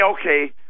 okay